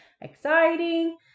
exciting